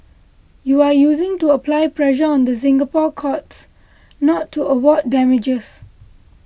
you are using to apply pressure on the Singapore courts not to award damages